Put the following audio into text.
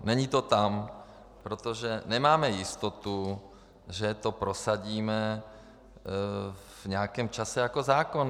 Není to tam, protože nemáme jistotu, že to prosadíme v nějakém čase jako zákon.